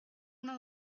una